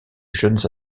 jeunes